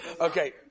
Okay